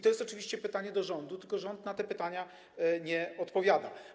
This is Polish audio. To jest oczywiście pytanie do rządu, tylko rząd na te pytania nie odpowiada.